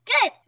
Good